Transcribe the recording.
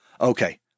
Okay